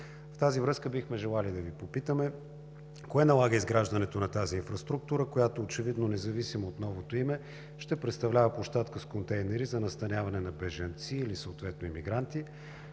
В тази връзка бихме желали да Ви попитаме: кое налага изграждането на тази инфраструктура, която очевидно, независимо от новото име, ще представлява площадка с контейнери за настаняване на бежанци или съответно емигранти?